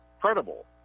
credible